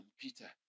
Peter